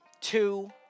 two